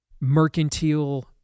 mercantile